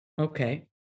okay